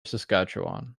saskatchewan